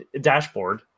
dashboard